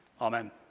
Amen